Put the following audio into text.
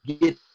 get